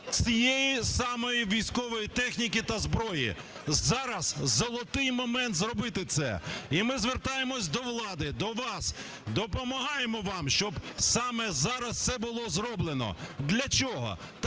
цієї самої військової техніки та зброї. Зараз золотий момент зробити це. І ми звертаємося до влади, до вас, допомагаємо вам, щоб саме зараз це було зроблено. Для чого?